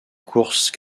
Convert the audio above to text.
course